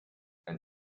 and